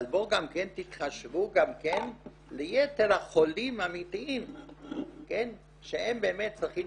אבל בואו גם כן תתחשבו ליתר החולים האמיתיים שהם באמת צריכים